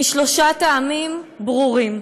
משלושה טעמים ברורים: